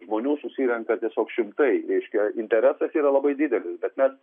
žmonių susirenka tiesiog šimtai reiškia interesas yra labai didelis bet mes